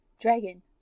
Dragon